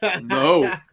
no